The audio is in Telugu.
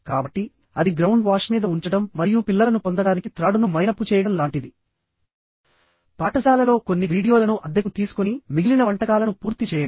కాబట్టి అది గ్రౌండ్ వాష్ మీద ఉంచడం మరియు పిల్లలను పొందడానికి త్రాడును మైనపు చేయడం లాంటిది పాఠశాలలో కొన్ని వీడియోలను అద్దెకు తీసుకొని మిగిలిన వంటకాలను పూర్తి చేయండి